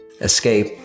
escape